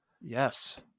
yes